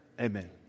Amen